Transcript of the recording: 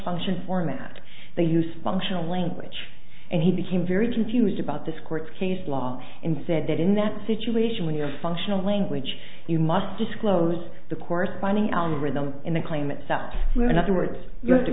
function format they use functional language and he became very confused about this court case law and said that in that situation when you're functional language you must disclose the corresponding algorithm in the claim itself where in other words you